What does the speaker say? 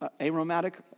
aromatic